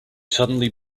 suddenly